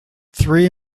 three